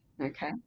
okay